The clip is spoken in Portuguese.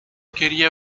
queria